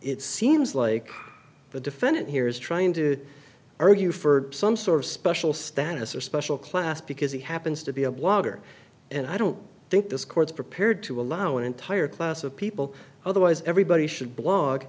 it seems like the defendant here is trying to argue for some sort of special status or special class because he happens to be a blogger and i don't think this court's prepared to allow an entire class of people otherwise everybody should blog